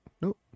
Nope